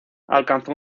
alcanzó